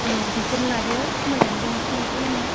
औ बेखौनो लादो खमायनानैबो हरसै एसे नो